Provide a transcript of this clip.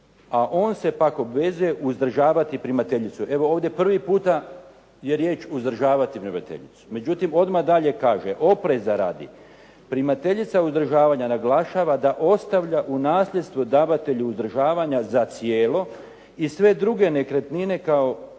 a on se pak obvezuje uzdržavati primateljicu." Evo, ovdje prvi puta je riječ: "uzdržavati primateljicu". Međutim, odmah dalje kaže: "Opreza radi primateljica uzdržavanja naglašava da ostavlja u nasljedstvo davatelju uzdržavanja za cijelo i sve druge nekretnine kako